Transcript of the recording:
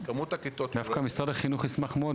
כמות הכיתות --- דווקא משרד החינוך ישמח מאוד,